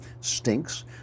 stinks